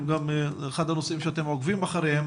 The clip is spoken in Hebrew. זה אחד הנושאים שאתם עוקבים אחריהם,